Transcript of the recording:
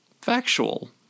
factual